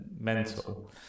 mental